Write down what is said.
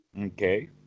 Okay